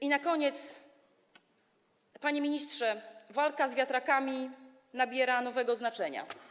I na koniec, panie ministrze, walka z wiatrakami nabiera nowego znaczenia.